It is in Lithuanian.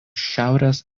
šiaurės